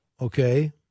Okay